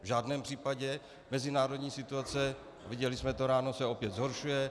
V žádném případě, mezinárodní situace, viděli jsme to ráno, se opět zhoršuje.